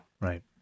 Right